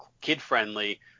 kid-friendly